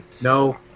No